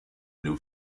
new